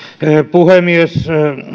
puhemies